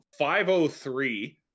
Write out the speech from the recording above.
5.03